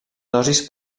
dosis